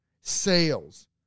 sales